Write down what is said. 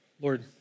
Lord